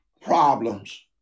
problems